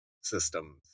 systems